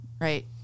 right